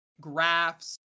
graphs